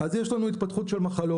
אז יש לנו התפתחות של מחלות.